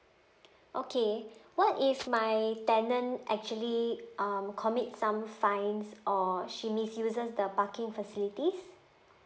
okay what if my tenant actually um commit some fines or she misuses the parking facilities